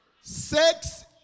Sex